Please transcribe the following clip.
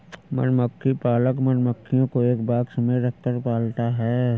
मधुमक्खी पालक मधुमक्खियों को एक बॉक्स में रखकर पालता है